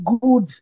good